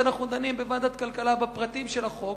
כשאנחנו דנים בוועדת הכלכלה בפרטים של החוק,